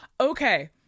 Okay